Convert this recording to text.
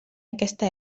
aquesta